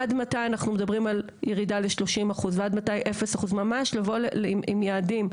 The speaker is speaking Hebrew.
עד מתי אנחנו מדברים על ירידה ל-30% ועד מתי 0%. ממש לבוא עם יעדים.